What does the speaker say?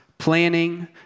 planning